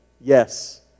Yes